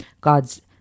God's